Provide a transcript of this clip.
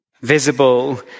visible